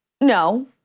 No